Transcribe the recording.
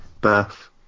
birth